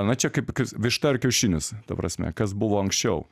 na čia kaip višta ar kiaušinis ta prasme kas buvo anksčiau